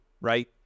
right